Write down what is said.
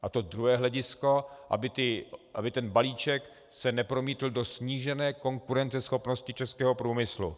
A to druhé hledisko, aby se ten balíček nepromítl do snížené konkurenceschopnosti českého průmyslu.